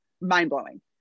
mind-blowing